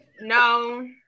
no